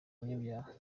abanyabyaha